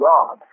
God